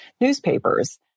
newspapers